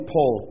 Paul